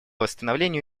восстановлению